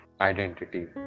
identity